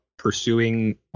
pursuing